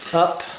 up,